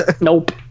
Nope